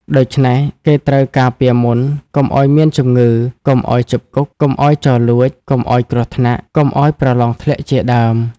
ដូច្នេះ គេត្រូវការពារមុន កុំឲ្យមានជំងឺ កុំឲ្យជាប់គុក កុំឲ្យចោរលួច កុំឲ្យគ្រោះថ្នាក់ កុំឲ្យប្រឡងធ្លាក់ជាដើម ។